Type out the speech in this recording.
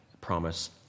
promise